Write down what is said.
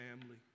family